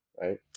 right